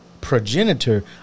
progenitor